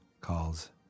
calls